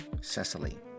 Cecily